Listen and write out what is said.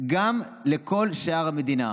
גם לכל שאר המדינה".